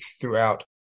throughout